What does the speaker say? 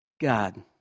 God